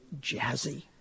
jazzy